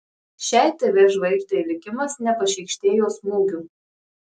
šiai tv žvaigždei likimas nepašykštėjo smūgių